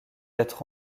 être